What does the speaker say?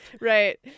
right